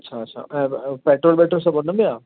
अच्छा अच्छा पेट्रोल वेट्रोल सभु हुन में आहे